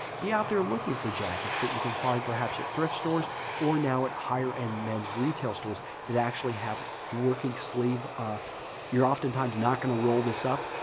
be out there looking for jackets that you could find perhaps at thrift stores or now at higher end men's retail stores that actually have working sleeve. you're oftentimes not going to roll this up,